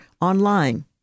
online